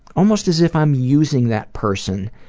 almost as if i am using that person.